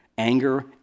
anger